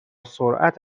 سرعت